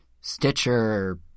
Stitcher